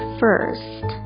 first